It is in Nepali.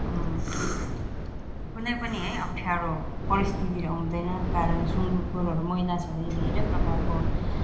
कुनै पनि है अप्ठ्यारो परिस्थितिहरू आउँदैन कारण सुँगुर खोरहरू मैला छ भने धेरै प्रकारको